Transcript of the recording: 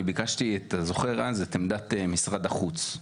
אני ביקשתי את עמדת משרד החוץ.